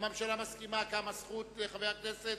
קמה הזכות לחבר הכנסת